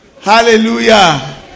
Hallelujah